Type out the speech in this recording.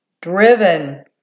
driven